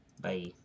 Bye